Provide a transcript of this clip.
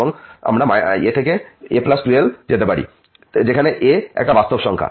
অথবা আমরা a থেকে a2l যেতে পারি যেখানে a একটা বাস্তব সংখ্যা